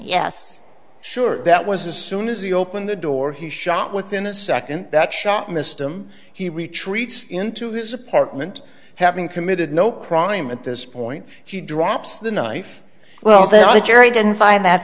yes sure that was as soon as he opened the door he shot within a second that shot missed him he retreats into his apartment having committed no crime at this point he drops the knife well the jury didn't find that